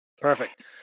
Perfect